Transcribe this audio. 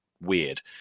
weird